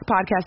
podcast